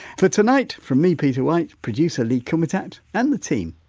for tonight, from me, peter white, producer lee kumutat and the team,